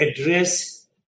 address